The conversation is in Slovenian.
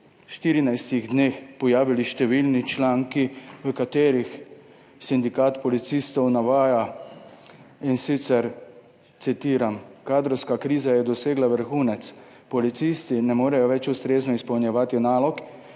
14 dneh pojavili številni članki, v katerih Sindikat policistov Slovenije navaja, in sicer citiram: »Kadrovska kriza je dosegla vrhunec. Policisti ne morejo več ustrezno izpolnjevati nalog